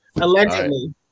Allegedly